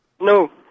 No